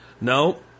No